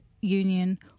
Union